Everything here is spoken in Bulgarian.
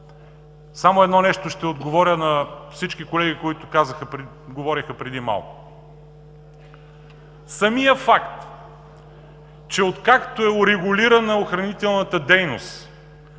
си Закон. Ще отговоря на всички колеги, които говориха преди малко. Самият факт, че откакто е урегулирана охранителната дейност,